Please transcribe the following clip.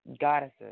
goddesses